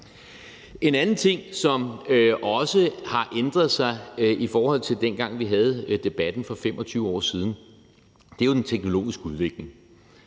En anden ting, som også har ændret sig i forhold til dengang, da vi havde debatten for 25 år siden, er jo den teknologiske udvikling.